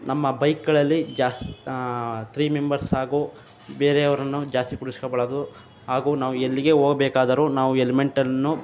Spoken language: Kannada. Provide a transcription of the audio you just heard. ನಮ್ಮ ಬೈಕ್ಗಳಲ್ಲಿ ಜಾಸ್ ಥ್ರೀ ಮೆಂಬರ್ಸ್ ಹಾಗೂ ಬೇರೆಯವರನ್ನ ಜಾಸ್ತಿ ಕೂರಿಸ್ಕೊಳ್ಬಾರದು ಹಾಗೂ ನಾವು ಎಲ್ಲಿಗೆ ಹೋಗ್ಬೇಕಾದರೂ ನಾವು ಹೆಲ್ಮೆಟನ್ನು